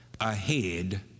ahead